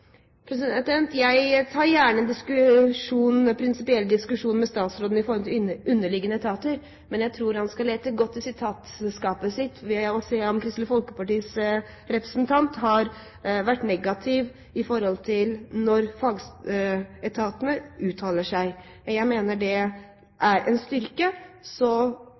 Jeg tar gjerne en prinsipiell diskusjon med statsråden når det gjelder underliggende etater, men jeg tror han skal lete godt i sitatskapet sitt for å se at Kristelig Folkepartis representant har vært negativ når fagetatene har uttalt seg. Jeg mener det er en styrke.